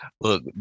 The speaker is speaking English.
look